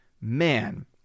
Man